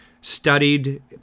studied